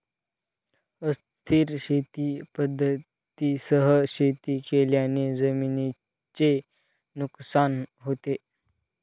अस्थिर शेती पद्धतींसह शेती केल्याने जमिनीचे नुकसान होते